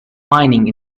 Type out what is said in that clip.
mining